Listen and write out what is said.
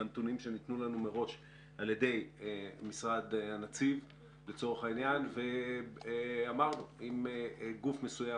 בנתונים שניתנו לנו מראש על ידי משרד הנציב ואמרנו שאם גוף מסוים